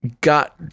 got